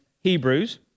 Hebrews